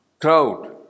crowd